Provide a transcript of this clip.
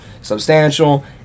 substantial